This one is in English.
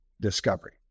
discovery